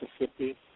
Mississippi